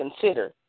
consider